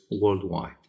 worldwide